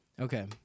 okay